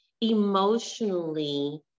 Emotionally